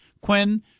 Quinn